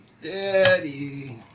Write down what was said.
Daddy